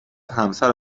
همسر